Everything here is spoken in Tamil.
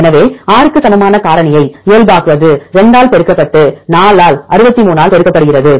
எனவே 6 க்கு சமமான காரணியை இயல்பாக்குவது 2 ஆல் பெருக்கப்பட்டு 4 ஆல் 63 ஆல் பெருக்கப்படுகிறது